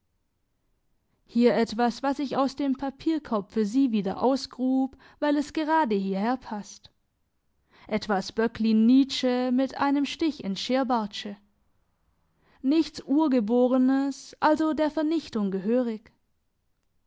hier etwas was ich aus dem papierkorb für sie wieder ausgrub weil es gerade hierherpasst etwas böcklin nietzsche mit einem stich ins scheerbartsche nichts urgeborenes also der vernichtung gehörig